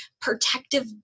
protective